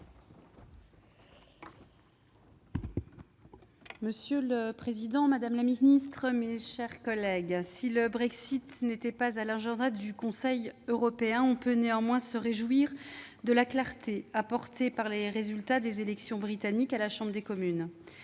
Monsieur le président, madame la secrétaire d'État, mes chers collègues, si le Brexit n'était pas à l'ordre du jour du Conseil européen, on peut néanmoins se réjouir de la clarification apportée par le résultat des élections britanniques à la Chambre des communes.